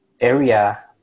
area